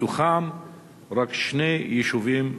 מתוכם רק שני יישובים ערביים,